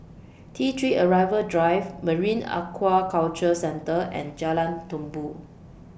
T three Arrival Drive Marine Aquaculture Centre and Jalan Tumpu